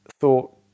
thought